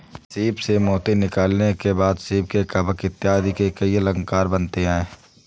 सीप से मोती निकालने के बाद सीप के कवच इत्यादि से कई अलंकार बनते हैं